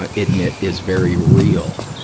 ah admit is very real,